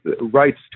rights